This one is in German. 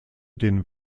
den